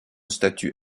statues